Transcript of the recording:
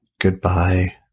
goodbye